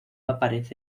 aparece